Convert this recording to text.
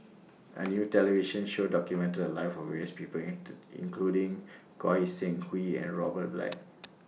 A New television Show documented The Lives of various People including Goi Seng Hui and Robert Black